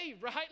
right